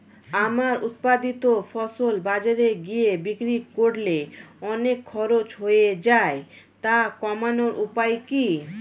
আমার উৎপাদিত ফসল বাজারে গিয়ে বিক্রি করলে অনেক খরচ হয়ে যায় তা কমানোর উপায় কি?